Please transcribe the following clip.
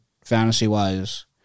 fantasy-wise